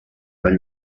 van